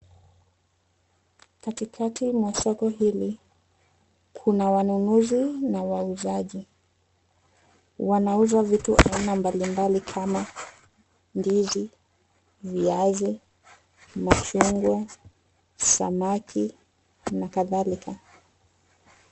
Katikati ya soko hili, kuna wanunuzi na wauzaji wnauza vitu aina mbalimbali kama ndizi, viazi, machungwa, samaki na kadhalika.